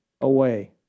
away